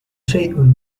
شيء